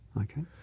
Okay